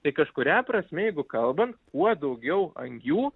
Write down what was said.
tai kažkuria prasme jeigu kalbant kuo daugiau angių